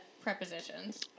prepositions